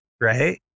right